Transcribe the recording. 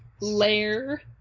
lair